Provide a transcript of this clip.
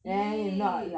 !ee!